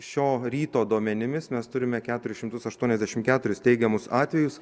šio ryto duomenimis mes turime keturis šimtus aštuoniasdešimt keturis teigiamus atvejus